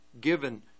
given